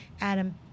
Adam